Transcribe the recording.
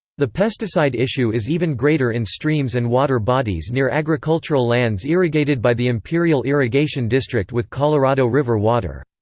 the pesticide issue is even greater in streams and water bodies near agricultural lands irrigated by the imperial irrigation district with colorado river water.